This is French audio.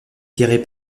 tiré